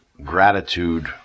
gratitude